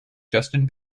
justin